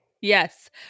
Yes